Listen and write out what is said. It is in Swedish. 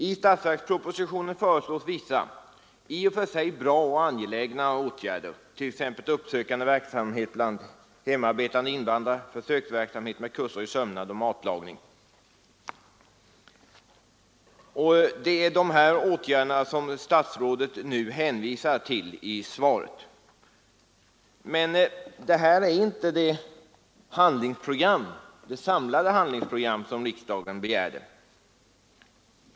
I statsverkspropositionen föreslås vissa i och för sig bra och angelägna åtgärder, t.ex. uppsökande verksamhet bland hemarbetande invandrare och försöksverksamhet med kurser i sömnad och matlagning, och det är dessa åtgärder som statsrådet hänvisar till i sitt svar. Men detta är inte det samlade handlingsprogram som riksdagen begärde.